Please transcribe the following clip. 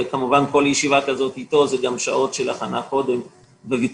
וכמובן שכל ישיבה כזו איתו זה גם שעות של הכנה קודם בוויכוחים